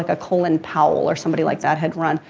a colin powell or somebody like that had run.